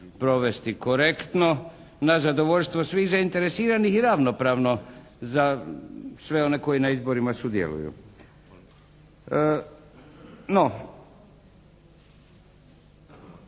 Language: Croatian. provesti korektno na zadovoljstvo svih zainteresiranih i ravnopravno za sve one koji na izborima sudjeluju. No,